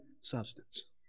substance